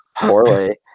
poorly